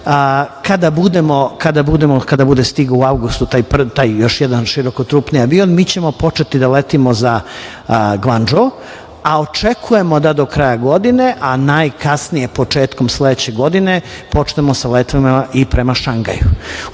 kada bude stigao u avgustu taj još jedan širokotrupni avion, mi ćemo početi da letimo za Gvandžo, a očekujemo da do kraja godine a najkasnije početkom sledeće godine počnemo sa letovima i prema Šangaju.